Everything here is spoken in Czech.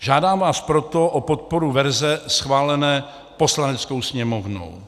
Žádám vás proto o podporu verze schválené Poslaneckou sněmovnou.